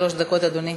שלוש דקות, אדוני.